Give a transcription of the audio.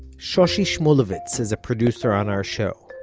shoshi shmuluvitz is a producer on our show.